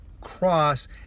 cross